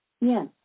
Yes